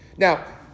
Now